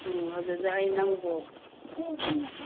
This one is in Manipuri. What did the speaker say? ꯎꯝ ꯑꯗꯨꯗ ꯑꯩ ꯅꯪꯕꯨ